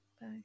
Bye